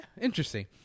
Interesting